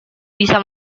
bisa